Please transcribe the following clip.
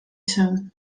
się